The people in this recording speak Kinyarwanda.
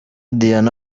diana